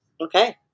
Okay